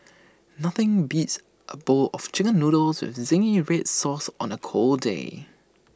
nothing beats A bowl of Chicken Noodles with Zingy Red Sauce on A cold day